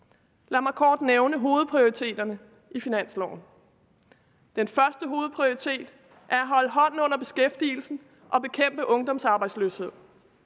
Lad mig kort nævne hovedprioriteterne i finansloven. Den første hovedprioritet er at holde hånden under beskæftigelsen og bekæmpe ungdomsarbejdsløsheden.